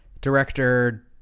director